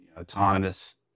autonomous